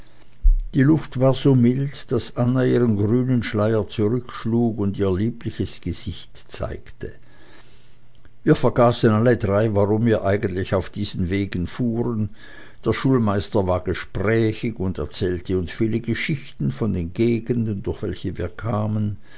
die luft war so mild daß anna ihren grünen schleier zurückschlug und ihr liebliches gesicht zeigte wir vergaßen alle drei warum wir eigentlich auf diesen wegen fuhren der schulmeister war gesprächig und erzählte uns viele geschichten von den gegenden durch welche wir kamen